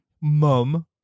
mum